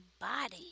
body